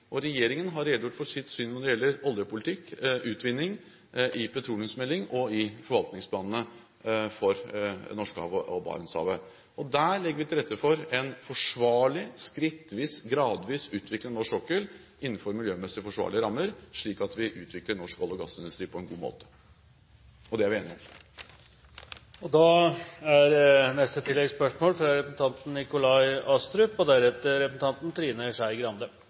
Regjeringen har redegjort for sitt syn når det gjelder oljepolitikk og utvinning i petroleumsmeldingen og i forvaltningsplanene for Norskehavet og Barentshavet. Der legger vi til rette for en forsvarlig, skrittvis, gradvis utvikling av norsk sokkel innenfor miljømessig forsvarlige rammer, slik at vi utvikler norsk olje- og gassindustri på en god måte. – Og det er vi enige